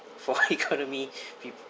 for economy